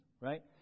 right